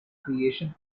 creation